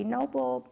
Noble